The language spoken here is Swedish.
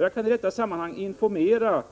Jag kan i detta sammanhang informera